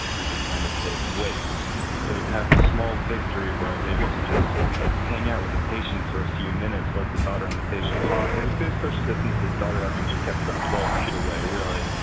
we just kind of wait so to have the small victory where i was able to just hang out with a patient for a few minutes with the daughter in the patient talk. i think this person, distancia daughter, i mean, she kept about twelve feet away, really,